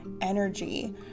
energy